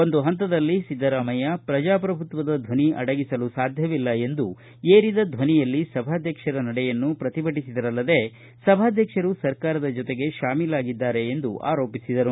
ಒಂದು ಪಂತದಲ್ಲಿ ಸಿದ್ದರಾಮಯ್ಯ ಪ್ರಜಾಪ್ರಭುತ್ವದ ಧ್ವನಿ ಆಡಗಿಸಲು ಸಾಧ್ವವಿಲ್ಲ ಎಂದು ಏರಿದ ಧ್ವನಿಯಲ್ಲಿ ಸಭಾಧ್ಯಕ್ಷರ ನಡೆಯನ್ನು ಪ್ರತಿಭಟಿಸಿದರಲ್ಲದೆ ಸಭಾಧ್ಯಕ್ಷರು ಸರ್ಕಾರದ ಜೊತೆಗೆ ಶಾಮೀಲಾಗಿದ್ದಾರೆ ಎಂದು ಆರೋಪಿಸಿದರು